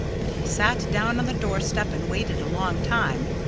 but he sat down on the doorstep and waited a long time.